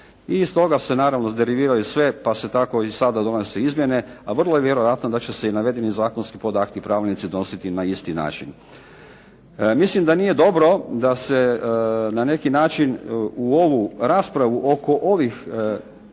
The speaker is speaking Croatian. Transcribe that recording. I iz toga se naravno … /Ne razumije se./ … pa se tako i sada donose izmjene, a vrlo je vjerojatno da će se i navedeni zakonski podakti i pravilnici donositi na isti način. Mislim da nije dobro da se na neki način u ovu raspravu oko ovih